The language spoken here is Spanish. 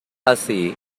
así